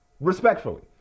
respectfully